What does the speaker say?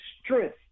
strength